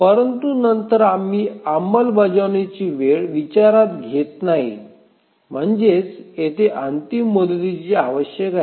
परंतु नंतर आम्ही अंमलबजावणीची वेळ विचारात घेत नाही म्हणजेच येथे अंतिम मुदतीची आवश्यक आहे